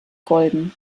golden